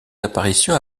apparitions